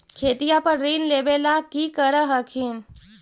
खेतिया पर ऋण लेबे ला की कर हखिन?